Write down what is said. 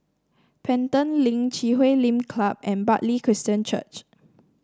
Pelton Link Chui Huay Lim Club and Bartley Christian Church